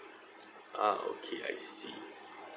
ah okay I see